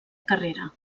carrera